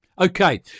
Okay